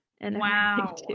Wow